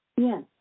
Yes